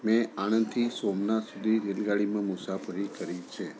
મેં આણંદથી સોમનાથ સુધી રેલગાડીમાં મુસાફરી કરી છે